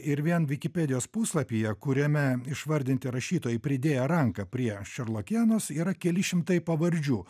ir vien vikipedijos puslapyje kuriame išvardinti rašytojai pridėję ranką prieš ir šerlokienos yra keli šimtai pavardžių